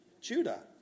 Judah